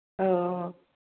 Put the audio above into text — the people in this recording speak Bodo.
औ